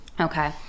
okay